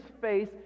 face